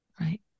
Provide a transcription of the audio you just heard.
right